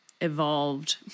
evolved